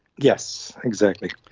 yes, exactly.